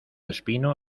espino